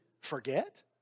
forget